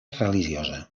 religiosa